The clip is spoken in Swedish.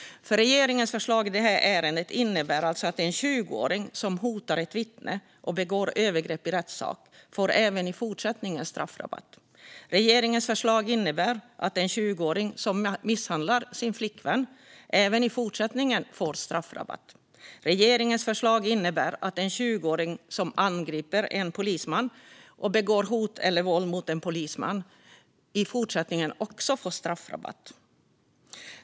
Regeringens förslag i det här ärendet innebär alltså att en 20-åring som hotar ett vittne och begår övergrepp i rättssak även i fortsättningen får straffrabatt. Regeringens förslag innebär att en 20-åring som misshandlar sin flickvän även i fortsättningen får straffrabatt. Regeringens förslag innebär att en 20-åring som angriper, hotar eller begår våld mot en polisman också i fortsättningen får straffrabatt.